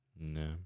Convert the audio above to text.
No